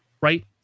right